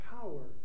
power